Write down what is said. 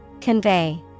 Convey